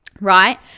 right